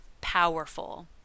powerful